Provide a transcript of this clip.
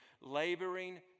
Laboring